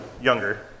Younger